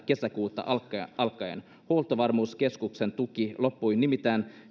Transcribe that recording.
kesäkuuta alkaen alkaen huoltovarmuuskeskuksen tuki loppui nimittäin